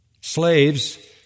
Slaves